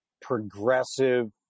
progressive